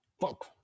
fuck